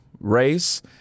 Race